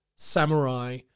samurai